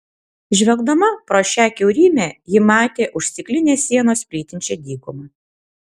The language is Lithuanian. žvelgdama pro šią kiaurymę ji matė už stiklinės sienos plytinčią dykumą